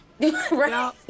right